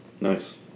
nice